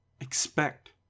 expect